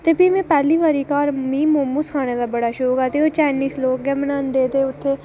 ते में पैह्ली बारी घर मिगी मोमोज़ बनाने दा बड़ा शौक हा ते ओह् चाइनीज़ लोक गै बनांदे उत्थै ते